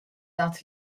dat